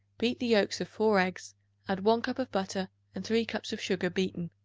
beat the yolks of four eggs add one cup of butter and three cups of sugar beaten.